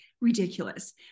Ridiculous